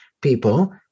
people